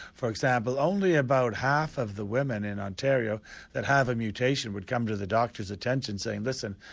for example only about half of the women in ontario that have a mutation would come to the doctor's attention saying listen,